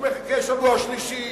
הוא מחכה שבוע שלישי,